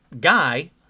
guy